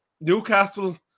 Newcastle